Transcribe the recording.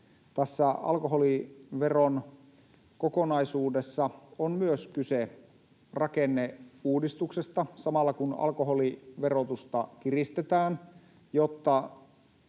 alkoholiveron kokonaisuudessa on kyse myös rakenneuudistuksesta. Samalla kun alkoholiverotusta kiristetään,